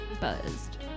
buzzed